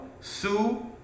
Sue